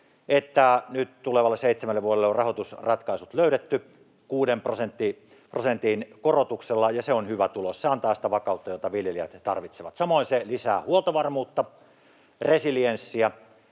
nyt tulevalle seitsemälle vuodelle on rahoitusratkaisut löydetty 6 prosentin korotuksella, ja se on hyvä tulos. Se antaa sitä vakautta, jota viljelijät tarvitsevat. Samoin se lisää huoltovarmuutta, resilienssiä,